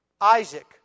Isaac